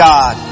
God